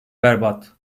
berbat